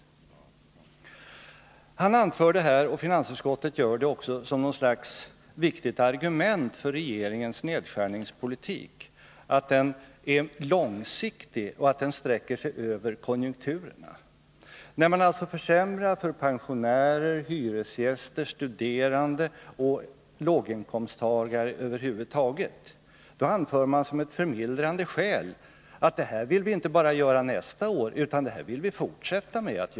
Eric Enlund anförde här — och finansutskottet gör det också — som något slags viktigt argument för nedskärningspolitiken att den är långsiktig och att den sträcker sig över konjunkturerna. När man alltså försämrar för pensionärer, hyresgäster, studerande och låginkomsttagare över huvud taget, då anför man som ett förmildrande skäl att det här vill vi inte göra bara nästa år utan att det här vill vi fortsätta med.